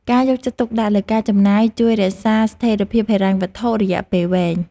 ការយកចិត្តទុកដាក់លើការចំណាយជួយរក្សាស្ថេរភាពហិរញ្ញវត្ថុយៈពេលវែង។